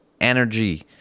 energy